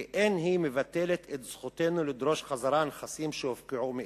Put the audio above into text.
ואין היא מבטלת את זכותנו לדרוש חזרה נכסים שהופקעו מאתנו,